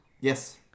Yes